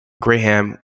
Graham